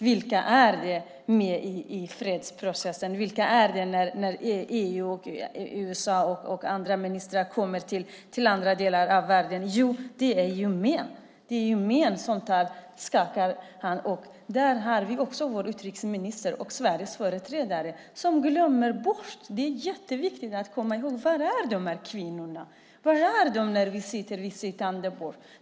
Vilka som är med i fredsprocessen när ministrar från EU, USA och andra ministrar kommer till andra delar av världen? Jo, det är män. Det är män som skakar hand. Där har vi också vår utrikesminister och Sveriges företrädare. Man glömmer bort det. Det är jätteviktigt att komma ihåg det. Var är kvinnorna när vi är vid sittande bord?